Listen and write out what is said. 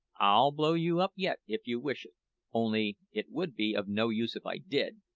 i'll blow you up yet if you wish it only it would be of no use if i did,